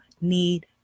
need